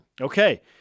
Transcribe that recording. Okay